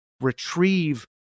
retrieve